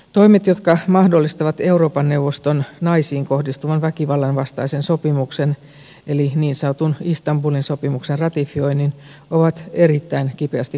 toimet jotka mahdollistavat euroopan neuvoston naisiin kohdistuvan väkivallan vastaisen sopimuksen eli niin sanotun istanbulin sopimuksen ratifioinnin ovat erittäin kipeästi kaivattuja